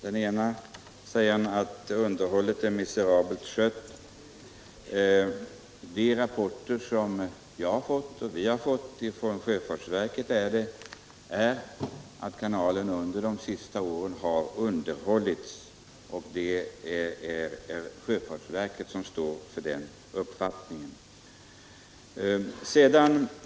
Herr Jansson säger att underhållet är miserabelt skött. Enligt de rapporter vi har fått från sjöfartsverket har kanalen under de senaste åren underhållits. Sjöfartsverket står för den uppfattningen.